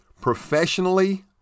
professionally